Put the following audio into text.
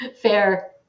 Fair